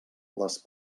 les